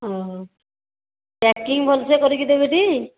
ଅ ହଉ ପ୍ୟାକିଙ୍ଗ୍ ଭଲସେ କରିକି ଦେବେ ଟି